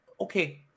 okay